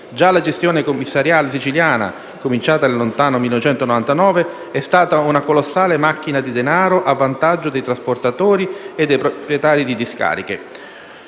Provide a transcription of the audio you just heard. Già la gestione commissariale siciliana, cominciata nel lontano 1999, è stata una colossale macchina di denaro a vantaggio dei trasportatori e dei proprietari di discariche.